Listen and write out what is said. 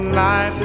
life